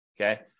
Okay